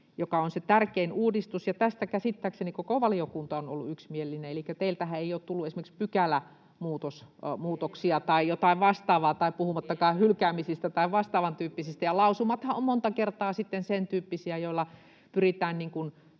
Se on se tärkein uudistus. Ja tästä käsittääkseni koko valiokunta on ollut yksimielinen. Elikkä teiltähän ei ole tullut esimerkiksi pykälämuutosehdotuksia [Mari Rantasen välihuuto] tai jotain vastaavaa, puhumattakaan hylkäämisistä tai vastaavan tyyppisistä. Ja lausumathan ovat monta kertaa sen tyyppisiä, että niillä pyritään